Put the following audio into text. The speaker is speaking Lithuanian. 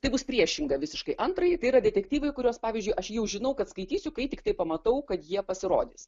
tai bus priešinga visiškai antrajai tai yra detektyvai kuriuos pavyzdžiui aš jau žinau kad skaitysiu kai tiktai pamatau kad jie pasirodys